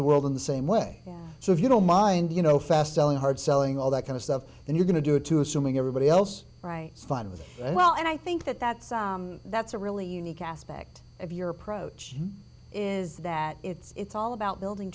the world in the same way so if you don't mind you know fast selling hard selling all that kind of stuff and you're going to do it too assuming everybody else writes fun with it well and i think that that's that's a really unique aspect of your approach is that it's all about building